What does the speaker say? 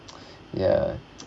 ya